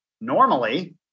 Normally